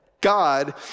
God